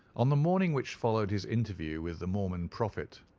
on the morning which followed his interview with the mormon prophet,